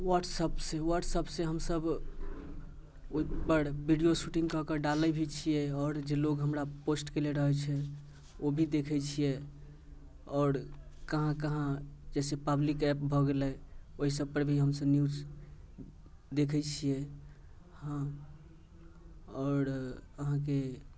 WhatsApp से WhatsApp से हमसभ ओहि पर वीडियो शूटिङ्ग कऽ कऽ डालैत भी छियै आओर जे लोग हमरा पोस्ट कयले रहैत छै ओ भी देखैत छियै आओर कहाँ कहाँ जैसे पब्लिक ऐप भऽ गेलै ओहि सभ पर भी हमसभ न्यूज देखैत छियै हम आओर अहाँकेँ